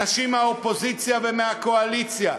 אנשים מהאופוזיציה ומהקואליציה,